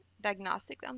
diagnostic